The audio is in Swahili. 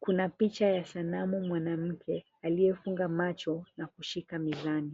Kuna picha ya sanamu mwanamke aliyefunga macho na kushika mezani.